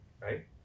right